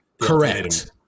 Correct